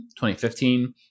2015